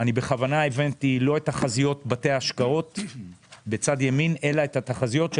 בכוונה הבאתי לא את תחזיות בתי ההשקעות אלא התחזיות של